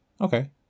Okay